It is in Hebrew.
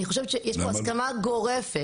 אני חושבת שיש פה הסכמה גורפת,